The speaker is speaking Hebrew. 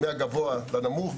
מהגבוה לנמוך,